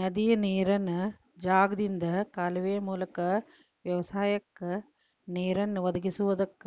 ನದಿಯ ನೇರಿನ ಜಾಗದಿಂದ ಕಾಲುವೆಯ ಮೂಲಕ ವ್ಯವಸಾಯಕ್ಕ ನೇರನ್ನು ಒದಗಿಸುವುದಕ್ಕ